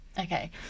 Okay